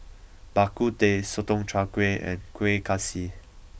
Bak Kut Teh Sotong Char Kway and Kueh Kaswi